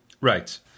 right